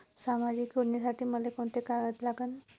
सामाजिक योजनेसाठी मले कोंते कागद लागन?